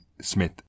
Smith